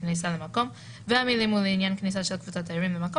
בכניסה למקום״ והמילים ״ולעניין כניסה של קבוצת תיירים למקום,